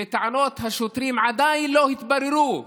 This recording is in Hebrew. וטענות השוטרים עדיין לא התבררו,